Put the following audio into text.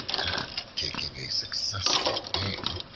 and taking a successful aim,